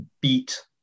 beat